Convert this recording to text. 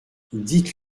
dites